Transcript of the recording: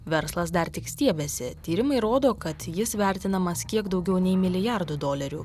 verslas dar tik stiebiasi tyrimai rodo kad jis vertinamas kiek daugiau nei milijardu dolerių